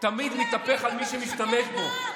תמיד מתהפך על מי שמשתמש בו.